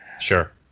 Sure